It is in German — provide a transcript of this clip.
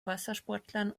wassersportlern